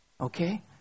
Okay